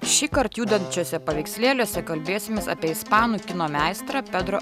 šįkart judančiuose paveikslėliuose kalbėsimės apie ispanų kino meistro pedro